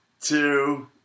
two